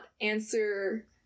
answer